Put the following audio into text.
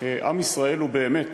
עם ישראל הוא באמת